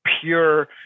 pure